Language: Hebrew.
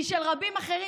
שהיא של רבים אחרים,